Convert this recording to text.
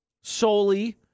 solely